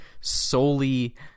solely